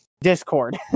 discord